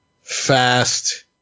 fast